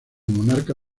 monarca